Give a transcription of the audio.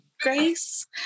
grace